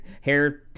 hair